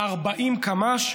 40 קמ"ש,